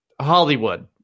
Hollywood